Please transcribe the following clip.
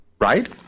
Right